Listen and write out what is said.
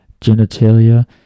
genitalia